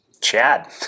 Chad